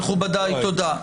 מכובדיי, תודה.